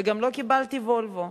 וגם לא קיבלתי "וולבו".